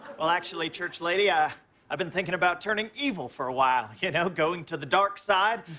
well, actually, church lady, i have been thinking about turning evil for a while. you know going to the dark side.